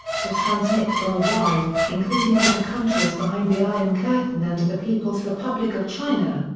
to transmit worldwide, including to the countries behind the iron curtain and to the people's republic of china.